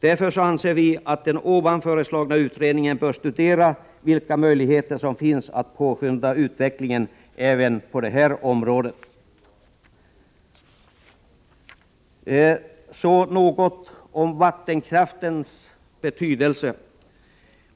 Därför anser vi att den ovan föreslagna utredningen bör studera vilka möjligheter som finns att påskynda utvecklingen även på detta område. Därefter vill jag ta upp något om vattenkraftens betydelse.